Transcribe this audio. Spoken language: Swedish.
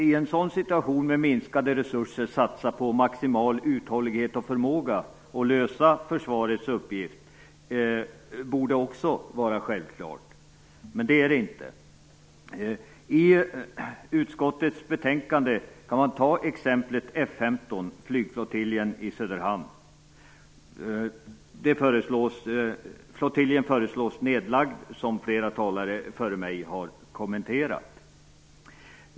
I en sådan situation med minskande resurser satsa på maximal uthållighet och förmåga och lösa försvarets uppgift borde också vara självklart, men det är det inte. I utskottets betänkande kan man ta exemplet F 15, flygflottiljen i Söderhamn som föreslås skall läggas ned, vilket många talare före mig har kommenterat.